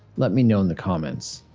let me know in the comments.